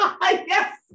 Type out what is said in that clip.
yes